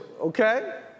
okay